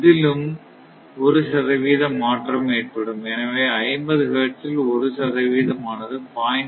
இதிலும் ஒரு சதவிகித மாற்றம் ஏற்படும் எனவே 50 ஹெர்ட்ஸ் இல் ஒரு சதவிகிதம் ஆனது 0